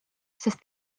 sest